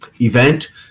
event